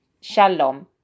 Shalom